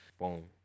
Boom